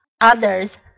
Others